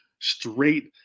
straight